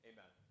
Amen